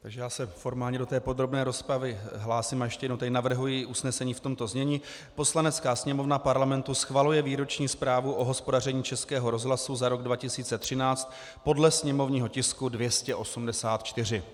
Takže já se formálně do té podrobné rozpravy hlásím a navrhuji ještě jednou usnesení v tomto znění: Poslanecká sněmovna Parlamentu ČR schvaluje Výroční zprávu o hospodaření Českého rozhlasu za rok 2013 podle sněmovního tisku 284.